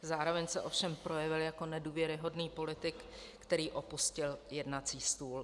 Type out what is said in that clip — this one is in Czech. Zároveň se ovšem projevil jako nedůvěryhodný politik, který opustil jednací stůl.